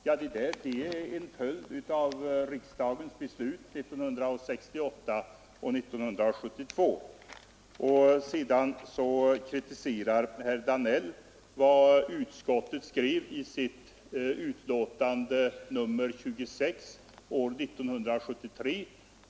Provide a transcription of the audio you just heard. Men det är ju en följd av riksdagsbeslut 1968 och 1972. Slutligen vänder sig herr Danell mot vad utskottet skrev i sitt betänkande nr 26 år 1973.